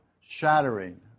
shattering